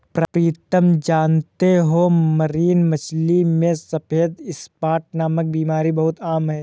प्रीतम जानते हो मरीन मछली में सफेद स्पॉट नामक बीमारी बहुत आम है